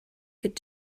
could